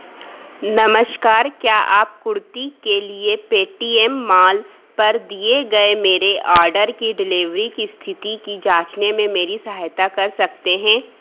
नमश्कार क्या आप कुर्ती के लिए पेटीएम माल पर दिए गए मेरे ऑडर की डिलेवरी की स्थिति की जाँचने में मेरी सहायता कर सकते हैं